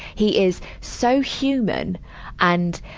he is so human and,